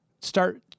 start